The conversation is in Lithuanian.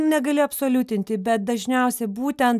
negali absoliutinti bet dažniausia būtent